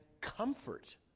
comfort